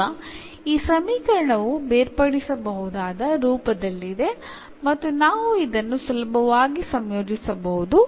ಈಗ ಈ ಸಮೀಕರಣವು ಬೇರ್ಪಡಿಸಬಹುದಾದ ರೂಪದಲ್ಲಿದೆ ಮತ್ತು ನಾವು ಇದನ್ನು ಸುಲಭವಾಗಿ ಸಂಯೋಜಿಸಬಹುದು